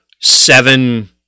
Seven